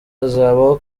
azabaho